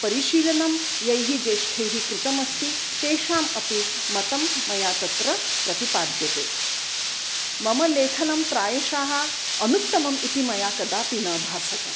परिशीलनं यैः ज्येष्ठैः कृतमस्ति तेषाम् अपि मतं मया तत्र प्रतिपाद्यते मम लेखनं प्रायशः अनुत्तमम् इति मया कदापि न अभासत